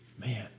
man